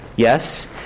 Yes